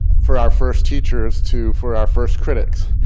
for our first teachers, to, for our first critics.